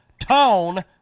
tone